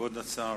כבוד השר,